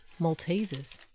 Maltesers